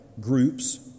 groups